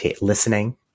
listening